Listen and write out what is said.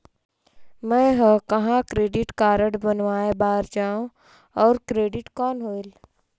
मैं ह कहाँ क्रेडिट कारड बनवाय बार जाओ? और क्रेडिट कौन होएल??